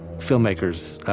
filmmakers,